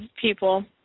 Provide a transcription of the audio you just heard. people